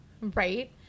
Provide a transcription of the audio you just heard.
right